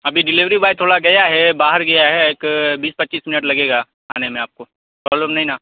ابھی delivery boy تھوڑا گیا ہے باہر گیا ہے ایک بیس پچیس منٹ لگے گا آنے میں آپ کو پروبلم نہیں نا